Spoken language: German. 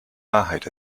wahrheit